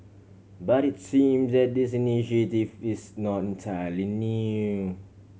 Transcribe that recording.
but it seem that this initiative is not entirely new